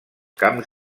camps